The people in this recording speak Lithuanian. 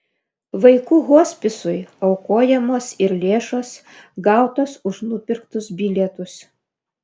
vaikų hospisui aukojamos ir lėšos gautos už nupirktus bilietus